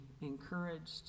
encouraged